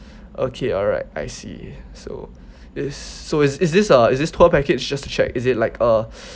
okay alright I see so is so is is this uh is this tour package just to check is it like a